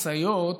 משאיות,